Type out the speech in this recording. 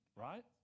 right